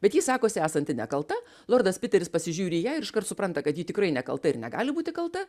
bet ji sakosi esanti nekalta lordas piteris pasižiūri į ją ir iškart supranta kad ji tikrai nekalta ir negali būti kalta